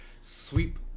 sweep